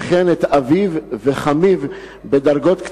וכן את אביו וחמיו בדרגות,